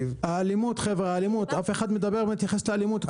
אף אחד לא מתייחס לאלימות.